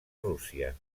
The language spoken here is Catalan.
rússia